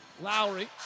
Lowry